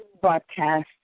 broadcast